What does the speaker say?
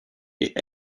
est